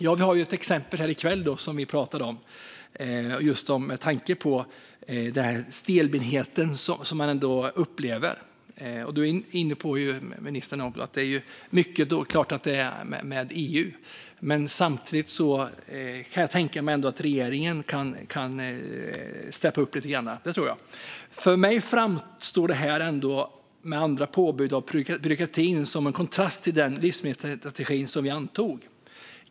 Det finns ett exempel som vi talar om i kväll, med tanke på det stelbenta. Ministern är inne på att det är mycket oklart med EU, men samtidigt kan jag tänka mig att regeringen kan steppa upp lite. För mig framstår påbuden och byråkratin som en kontrast till den livsmedelsstrategi som vi har antagit.